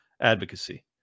advocacy